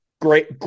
great